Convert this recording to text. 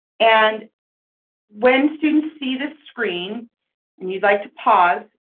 and when students see the screen and you'd like to pause.